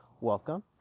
welcome